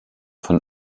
von